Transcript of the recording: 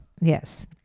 Yes